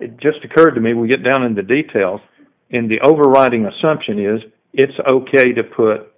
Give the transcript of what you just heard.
it just occurred to me we get down in the details and the overriding assumption is it's ok to put